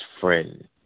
friend